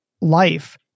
life